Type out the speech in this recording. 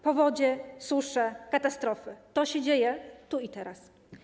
Powodzie, susze, katastrofy - to się dzieje tu i teraz.